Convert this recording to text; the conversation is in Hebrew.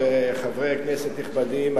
חברי כנסת נכבדים,